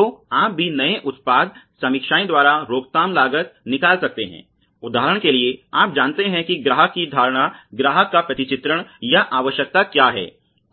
तो आप भी नए उत्पाद समीक्षाएँ द्वारा रोकथाम लागत निकाल सकते हैं उदाहरण के लिये आप जानते हैं कि ग्राहक की धारणाग्राहक का प्रतिचित्रण या आवश्यकता क्या है